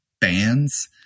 bands